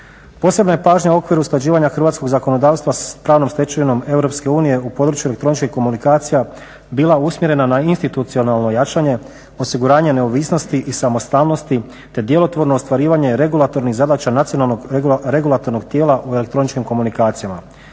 Posebna je pažnja u okviru usklađivanja hrvatskog zakonodavstva sa pravnom stečevinom Europske unije u području elektroničkih komunikacija bila usmjerena na institucionalno jačanje, osiguranje neovisnosti i samostalnosti te djelotvorno ostvarivanje regulatornih zadaća nacionalnog regulatornog tijela u elektroničkim komunikacijama.